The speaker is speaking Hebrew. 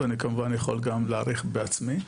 ואני כמובן יכול גם להעריך בעצמי,